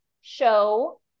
show